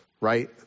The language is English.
right